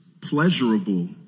pleasurable